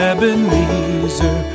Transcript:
Ebenezer